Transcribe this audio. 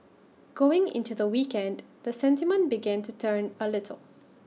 going into the weekend the sentiment begin to turn A little